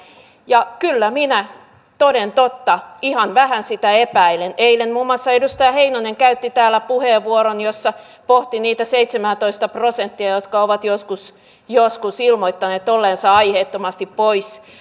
ja kyllä minä toden totta ihan vähän sitä epäilen eilen muun muassa edustaja heinonen käytti täällä puheenvuoron jossa pohti niitä seitsemäätoista prosenttia jotka ovat joskus joskus ilmoittaneet olleensa aiheettomasti pois